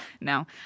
No